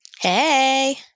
Hey